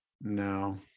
No